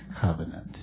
covenant